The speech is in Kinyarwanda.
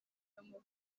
y’amavuko